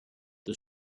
the